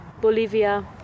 Bolivia